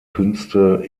künste